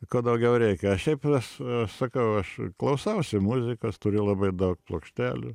ko daugiau reikia šiaip aš aš sakau aš klausausi muzikos turiu labai daug plokštelių